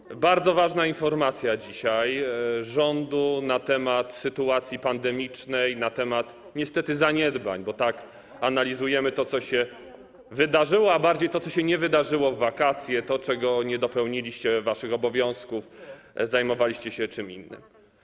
Dzisiaj bardzo ważna informacja rządu na temat sytuacji pandemicznej, niestety na temat zaniedbań, bo tak analizujemy to, co się wydarzyło, a bardziej to, co się nie wydarzyło w wakacje, kiedy nie dopełniliście waszych obowiązków, zajmowaliście się czymś innym.